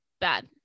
bad